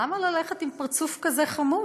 למה ללכת עם פרצוף כזה חמוץ?